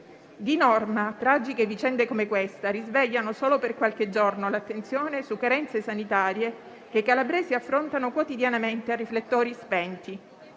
Di norma, tragiche vicende come questa risvegliano solo per qualche giorno l'attenzione sulle carenze sanitarie che i calabresi affrontano quotidianamente a riflettori spenti.